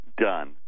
done